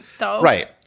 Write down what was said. Right